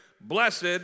blessed